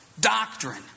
Doctrine